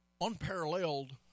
Unparalleled